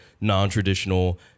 non-traditional